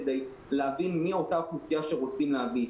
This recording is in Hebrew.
כדי להבין מי אותה אוכלוסייה שרוצים להביא.